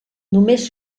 només